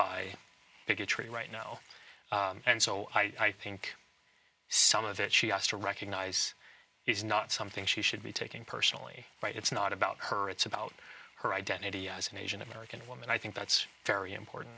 by bigotry right now and so i think some of it she has to recognize is not something she should be taking personally right it's not about her it's about her identity as an asian american woman i think that's very